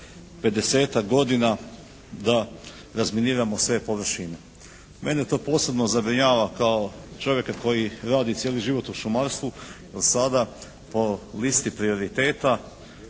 godina da razminiramo sve površine. Mene to posebno zabrinjava kao čovjeka koji radi cijeli život u šumarstvu, jer sada po listi prioriteta